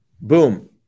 Boom